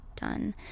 done